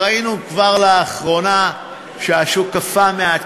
ראינו כבר לאחרונה שהשוק קפא מעט,